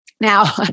Now